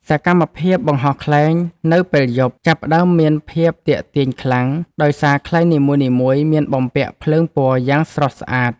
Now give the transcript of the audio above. សកម្មភាពបង្ហោះខ្លែងនៅពេលយប់ ចាប់ផ្ដើមមានភាពទាក់ទាញខ្លាំង ដោយសារខ្លែងនីមួយៗមានបំពាក់ភ្លើងពណ៌យ៉ាងស្រស់ស្អាត។